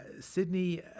Sydney